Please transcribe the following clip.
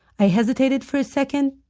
i hesitated for a second,